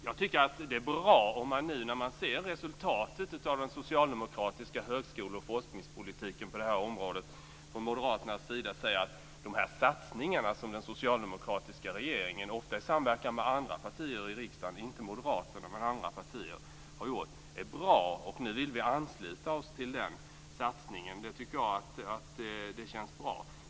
Jag tycker att det är bra om man från moderaternas sida, nu när man ser resultatet av den socialdemokratiska högskole och forskningspolitiken på det här området, säger att de satsningar som den socialdemokratiska regeringen, ofta i samverkan med andra partier i riksdagen - inte moderaterna, men andra partier - har gjort är bra, och nu vill vi ansluta oss till den satsningen. Det tycker jag känns bra.